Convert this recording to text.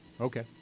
Okay